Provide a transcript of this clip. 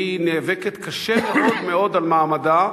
והיא נאבקת קשה מאוד על מעמדה